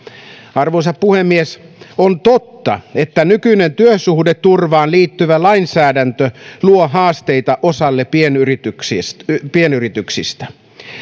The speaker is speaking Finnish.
arvoisa puhemies on totta että nykyinen työsuhdeturvaan liittyvä lainsäädäntö luo haasteita osalle pienyrityksistä pienyrityksistä